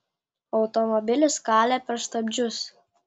automobilis kalė per stabdžius